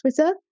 Twitter